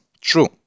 true